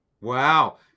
Wow